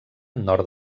nord